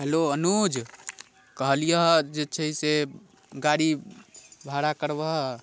hello Anuj कहलियै हँ जे छै से गाड़ी भाड़ा करबहऽ